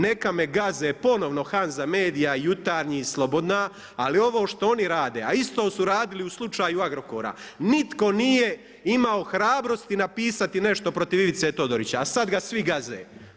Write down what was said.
Neka me gaze ponovno HANZA MEDIA, Jutarnji i Slobodna ali ovo što oni rade a isto su radili u slučaju Agrokora, nitko nije imao hrabrosti napisati nešto protiv Ivice Todorića a sada ga svi gaze.